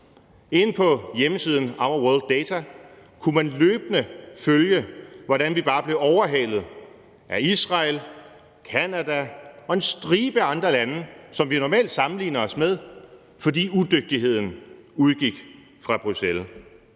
Inde på hjemmesiden ourworldindata.org kunne man løbende følge, hvordan vi bare blev overhalet af Israel, Canada og en stribe andre lande, som vi normalt sammenligner os med, fordi udygtigheden udgik fra Bruxelles.